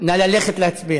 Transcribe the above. להעביר